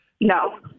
No